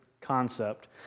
concept